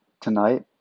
tonight